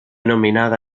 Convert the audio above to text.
nominada